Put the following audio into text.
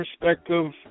perspective